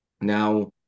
Now